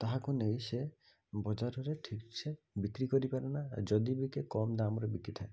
ତାହାକୁ ନେଇ ସେ ବଜ଼ାରରେ ଠିକ୍ ସେ ବିକ୍ରି କରିପାରେନା ଯଦି ବିକେ କମ୍ ଦାମରେ ବିକିଥାଏ